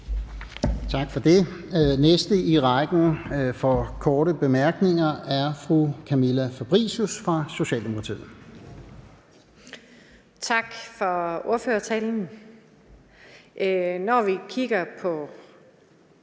Tak for det. Den næste i rækken for korte bemærkninger er fru Camilla Fabricius fra Socialdemokratiet. Kl. 10:51 Camilla Fabricius (S):